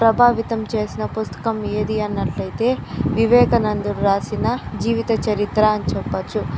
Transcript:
ప్రభావితం చేసిన పుస్తకం ఏది అన్నట్లైతే వివేకానందుడు రాసిన జీవిత చరిత్ర అని చెప్పొచ్చు